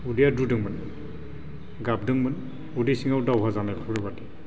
उदैआ दुदोंमोन गाबदोंमोन उदै सिंआव दावहा जानायबायदि